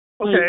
Okay